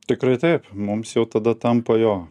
tikrai taip mums jau tada tampa jo